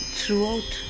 throughout